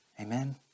Amen